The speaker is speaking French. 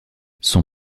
son